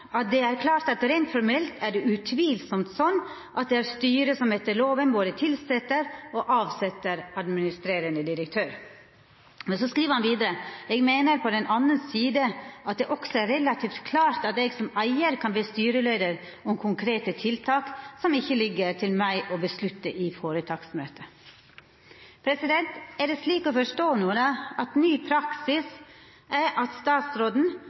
«Det er dermed klart at rent formelt er det utvilsomt sånn at det er styret som etter loven både tilsetter og avsetter administrerende direktør.» Men så skriv han vidare: «Jeg mener på den annen side at det også er relativt klart at jeg som eier kan be styreleder om konkrete tiltak som ikke ligger til meg å beslutte i foretaksmøtet.» Er det slik å forstå at ny praksis er at statsråden